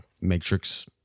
Matrix